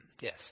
yes